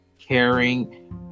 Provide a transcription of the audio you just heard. caring